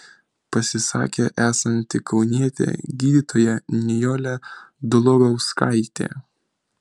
pasisakė esanti kaunietė gydytoja nijolė dlugauskaitė